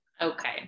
Okay